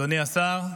אדוני השר,